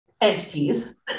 entities